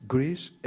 Greece